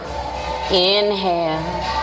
Inhale